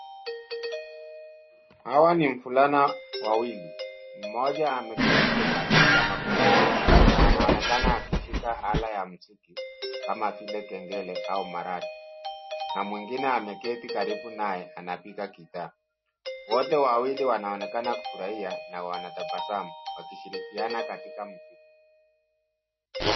Hawa ni wavulana wawili, mmoja ameketi kwenye kiti cha magurudumu na anaonekana akishika ala ya muziki kama vile kengele au marashi na mwingine ameketi karibu naye anapiga gitaa. Wote wawili wanaonekana kufurahia na wanatabasamu wakishirikiana katika muziki.